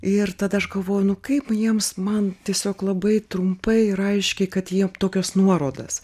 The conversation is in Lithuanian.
ir tada aš galvoju nu kaip jiems man tiesiog labai trumpai ir aiškiai kad jie tokios nuorodas